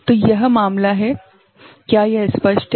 तो यह मामला है क्या यह स्पष्ट है